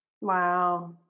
Wow